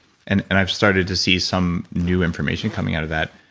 and and i've started to see some new information coming out of that.